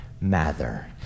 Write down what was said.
Mather